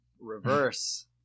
Reverse